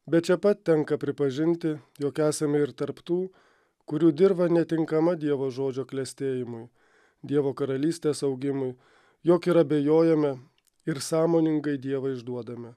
bet čia pat tenka pripažinti jog esame ir tarp tų kurių dirva netinkama dievo žodžio klestėjimui dievo karalystės augimui jog ir abejojame ir sąmoningai dievą išduodame